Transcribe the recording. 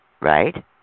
right